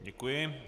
Děkuji.